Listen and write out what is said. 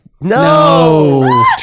No